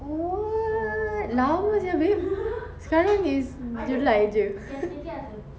[what] lama sia babe sekarang is july jer